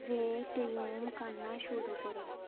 vacuum करना शुरू करो